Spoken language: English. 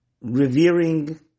revering